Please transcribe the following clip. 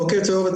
בוקר טוב.